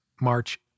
March